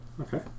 Okay